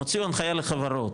הם הוציאו הנחיה לחברות,